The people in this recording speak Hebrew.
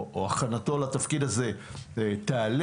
או הכנתו לתפקיד הזה תעלה?